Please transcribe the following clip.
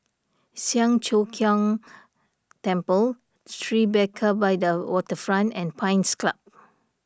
Siang Cho Keong Temple Tribeca by the Waterfront and Pines Club